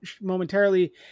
momentarily